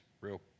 real